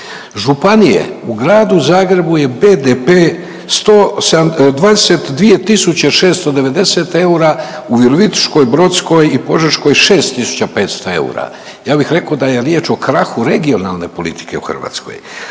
Županije u gradu Zagrebu je BDP 22 tisuće 690 eura, u Virovitičkoj, brodskoj i Požeškoj 6500 eura. Ja bih rekao da je riječ o krahu regionalne politike u Hrvatskoj.